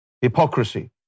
hypocrisy